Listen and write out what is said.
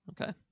Okay